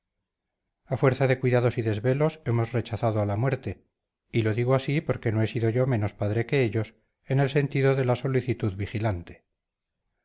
a fuerza de cuidados y desvelos hemos rechazado a la muerte y lo digo así porque no he sido yo menos padre que ellos en el sentido de la solicitud vigilante